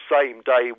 same-day